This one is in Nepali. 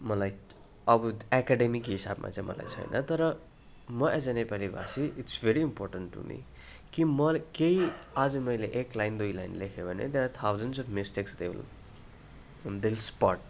मलाई अब एकाडेमिक हिसाबमा चाहिँ मलाई छैन तर म एज ए नेपाली भाषी it's very important to me कि म केही आज मैले एक लाइन दुई लाइन लेखेँ भने there are thousand of mistakes they will they will spot